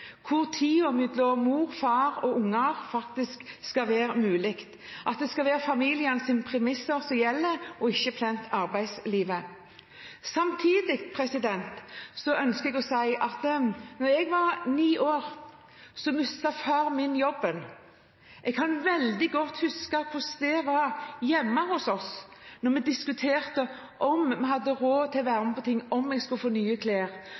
hvor valgfriheten er sentral, hvor tid sammen for mor, far og unger faktisk skal være mulig, at det skal være familienes premisser som gjelder, og ikke bare arbeidslivets. Samtidig ønsker jeg å si at da jeg var ni år, mistet faren min jobben. Jeg kan veldig godt huske hvordan det var hjemme hos oss når vi diskuterte om vi hadde råd til å være med på ting, eller om jeg skulle